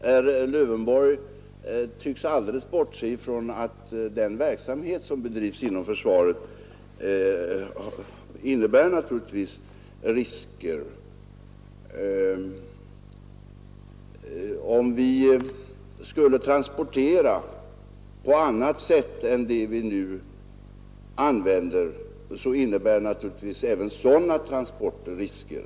Herr talman! Herr Lövenborg tycks alldeles bortse ifrån att den verksamhet som bedrivs inom försvaret naturligtvis innebär risker. Om vi skulle transportera på annat sätt än det vi nu använder, så innebär givetvis även sådana transporter risker.